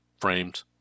framed